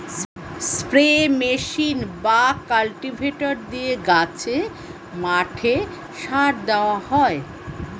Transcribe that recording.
spray machine বা cultivator দিয়ে গাছে, মাঠে সার দেওয়া হয়